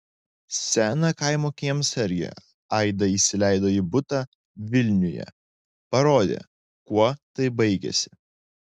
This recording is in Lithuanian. seną kaimo kiemsargį aida įsileido į butą vilniuje parodė kuo tai baigėsi